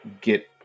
get